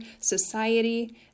society